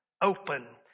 open